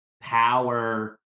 power